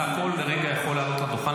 אתה בכל רגע יכול לעלות לדוכן,